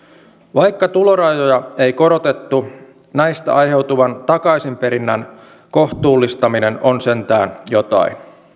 vaikka tulorajoja ei korotettu näistä aiheutuvan takaisinperinnän kohtuullistaminen on sentään jotain